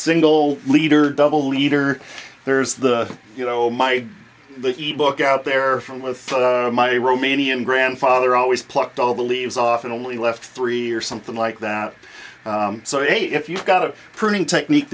single leader double leader there's the you know my the e book out there from with my romanian grandfather always plucked all the leaves off and only left three or something like that so if you've got a pruning technique